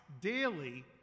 daily